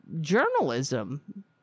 journalism